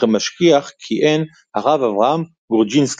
וכמשגיח כיהן הרב אברהם גרודזינסקי,